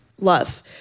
love